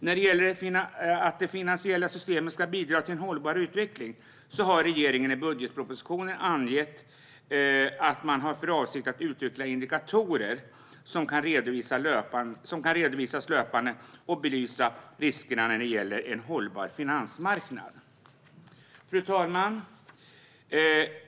När det gäller att det finansiella systemet ska bidra till en hållbar utveckling har regeringen i budgetpropositionen angett att man har för avsikt att utveckla indikatorer som kan redovisas löpande och belysa riskerna när det gäller en hållbar finansmarknad. Fru talman!